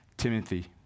Timothy